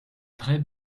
très